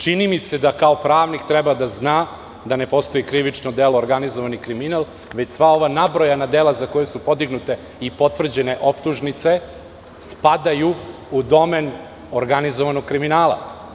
Čini mi se da kao pravnik treba da zna da ne postoji krivično delo organizovani kriminal, već sva ova nabrojana dela za koje su podignute i potvrđene optužnice spadaju u domen organizovanog kriminala.